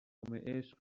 عشق